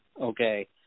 okay